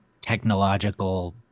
Technological